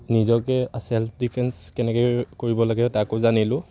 নিজকে self defence কেনেকৈ কৰিব লাগে তাকো জানিলোঁ